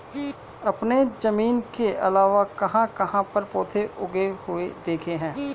आपने जमीन के अलावा कहाँ कहाँ पर पौधे उगे हुए देखे हैं?